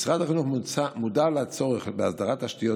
משרד החינוך מודע לצורך בהסדרת תשתיות,